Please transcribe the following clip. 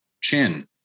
chin